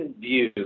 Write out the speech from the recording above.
view